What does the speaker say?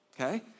okay